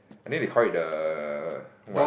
I think we call it the what